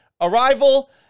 arrival